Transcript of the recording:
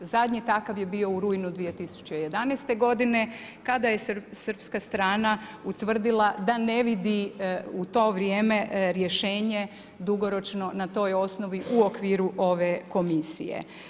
Zadnji takav je bio u rujnu 2011. g. kada je srpska strana utvrdila da ne vidi u to vrijeme rješenje dugoročno na toj osnovi u okviru ove komisije.